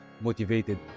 motivated